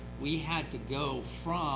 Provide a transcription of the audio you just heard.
we had to go from